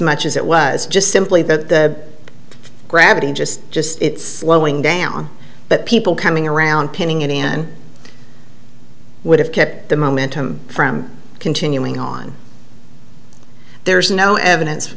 much as it was just simply that gravity just just lowing down but people coming around pinning it and would have kept the momentum from continuing on there's no evidence